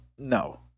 No